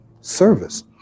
service